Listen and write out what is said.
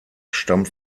stammt